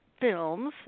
films